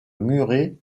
murray